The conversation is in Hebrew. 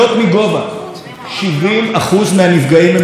70% מהנפגעים הם כאלה שנופלים מלמעלה.